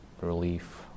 relief